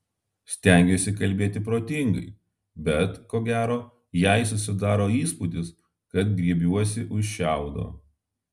stengiuosi kalbėti protingai bet ko gero jai susidaro įspūdis kad griebiuosi už šiaudo